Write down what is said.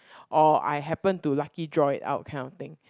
or I happen to lucky draw it out kind of thing